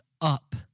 up